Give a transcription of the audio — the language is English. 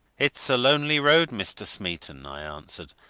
it's a lonely road, mr. smeaton, i answered.